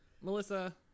Melissa